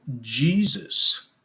Jesus